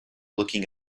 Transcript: looking